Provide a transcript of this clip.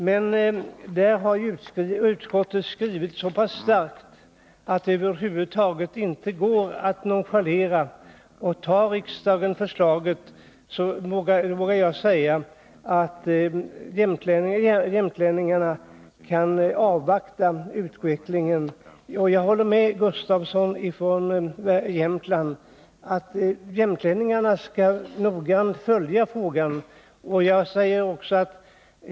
Men på den punkten har utskottet gjort en så stark skrivning att den inte går att nonchalera. Antar riksdagen förslaget vågar jag påstå att jämtlänningarna kan avvakta utvecklingen. Jag håller med Nils-Olof Gustafsson från Jämtland om att jämtlänningarna noga bör följa frågan.